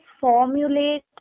formulate